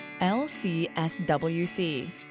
LCSWC